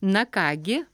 na ką gi